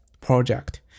project